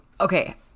Okay